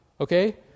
okay